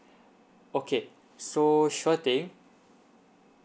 okay so sure thing